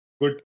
good